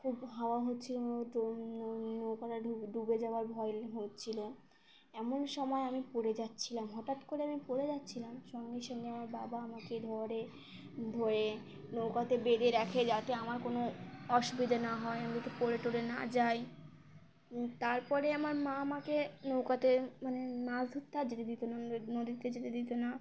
খুব হাওয়া হচ্ছিল নৌকাটা ডুবে যাওয়ার ভয় হচ্ছিল এমন সময় আমি পড়ে যাচ্ছিলাম হঠাৎ করে আমি পড়ে যাচ্ছিলাম সঙ্গে সঙ্গে আমার বাবা আমাকে ধরে ধরে নৌকাতে বেঁধে রাখে যাতে আমার কোনো অসুবিধা না হয় আমি যাতে পড়ে টড়ে না যাই তারপরে আমার মা আমাকে নৌকাতে মানে মাছ ধরতে আর যেতে দিত না নদীতে যেতে দিত না